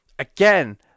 Again